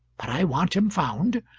but i want him found,